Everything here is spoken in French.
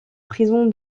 prison